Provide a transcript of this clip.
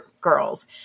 girls